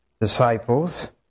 disciples